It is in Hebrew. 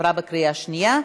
התקבלה בקריאה שנייה.